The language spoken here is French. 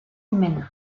humaine